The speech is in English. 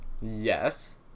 Yes